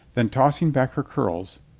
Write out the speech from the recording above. then, tossing back her curls,